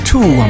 Two